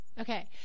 Okay